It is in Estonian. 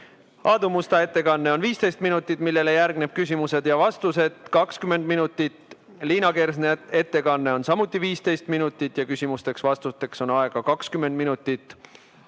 Aadu Musta ettekanne on 15 minutit, millele järgnevad küsimused ja vastused 20 minutit. Liina Kersna ettekanne on samuti 15 minutit ja küsimusteks-vastusteks on aega 20 minutit.